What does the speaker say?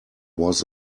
was